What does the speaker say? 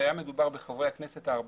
חברי הכנסת ה-14.